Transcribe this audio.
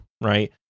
right